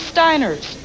Steiners